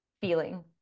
feeling